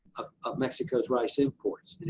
of of mexico's rice imports. and